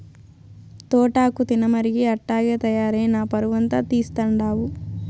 తోటాకు తినమరిగి అట్టాగే తయారై నా పరువంతా తీస్తండావు